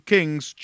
Kings